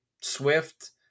Swift